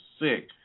sick